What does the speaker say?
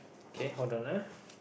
okay hold on ah